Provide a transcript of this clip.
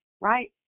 right